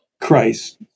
Christ